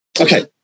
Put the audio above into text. Okay